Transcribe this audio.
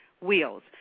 wheels